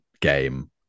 game